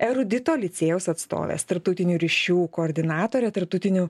erudito licėjaus atstovės tarptautinių ryšių koordinatorė tarptautinių